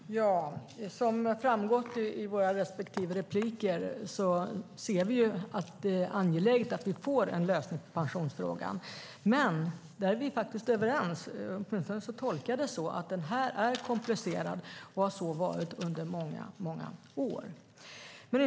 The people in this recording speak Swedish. Fru talman! Som framgått i våra respektive repliker ser vi att det är angeläget att vi får en lösning på pensionsfrågan. Men den här frågan är komplicerad och har varit så under många år. Om det är vi faktiskt överens, eller åtminstone tolkade jag det så.